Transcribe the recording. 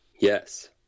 Yes